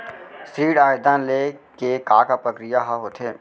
ऋण आवेदन ले के का का प्रक्रिया ह होथे?